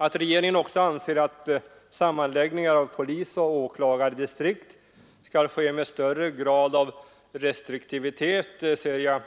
Att regeringen också anser att sammanläggningar av polisoch åklagardistrikt skall göras med större grad av restriktivitet ser jag